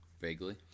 Vaguely